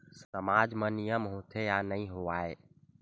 सामाज मा नियम होथे या नहीं हो वाए?